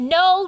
no